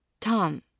Tom